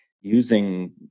using